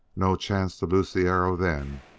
no chance to loose the arrow then,